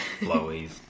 blowies